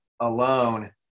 alone